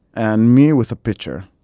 and me with a pitcher,